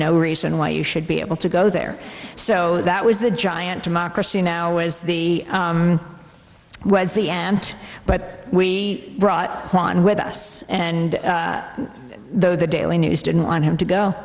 no reason why you should be able to go there so that was the giant democracy now was the was the end but we brought with us and though the daily news didn't want him to go